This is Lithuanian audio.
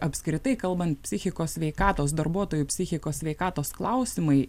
apskritai kalbant psichikos sveikatos darbuotojų psichikos sveikatos klausimai